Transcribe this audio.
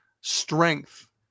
strength